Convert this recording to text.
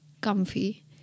comfy